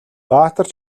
баатар